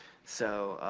so,